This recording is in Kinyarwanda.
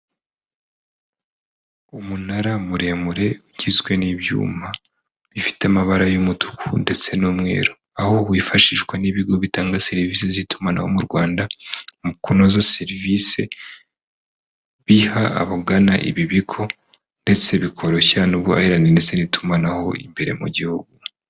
Umunara muremure ugizwe n'ibyuma bifite amabara y'umutuku ndetse n'umweru. Aho wifashishwa n'ibigo bitanga serivise z'itumanaho mu Rwanda mu kunoza serivise biha abagana ibi bigo ndetse bikoroshya n'ubuhahirane ndetse n'itumanaho imbere mu gihugu.